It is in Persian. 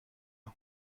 است